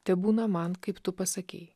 tebūna man kaip tu pasakei